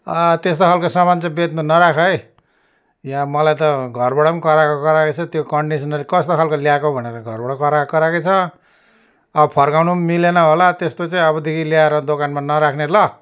त्यस्तो खालको सामान चाहिँ बेच्नु नराख है यहाँ मलाई त घरबाट पनि कराएको कराएकै छ त्यो कन्डिस्नर कस्तो खालको ल्याएको भनेर घरबाट कराएको कराएकै छ अब फर्काउनु पनि मिलेन होला त्यस्तो चाहिँ अबदेखि ल्याएर दोकानमा नराख्ने ल